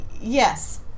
Yes